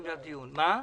בתוכה.